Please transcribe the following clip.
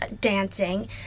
dancing